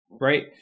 right